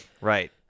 right